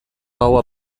gaua